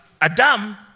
Adam